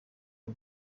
w’u